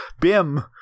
bim